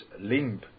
limb